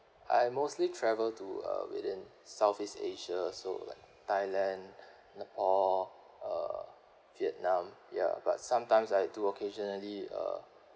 I mostly travel to uh within southeast asia so like thailand or uh vietnam ya but sometimes I do occasionally uh